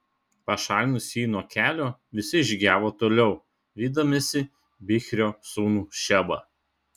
pašalinus jį nuo kelio visi žygiavo toliau vydamiesi bichrio sūnų šebą